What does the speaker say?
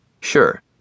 Sure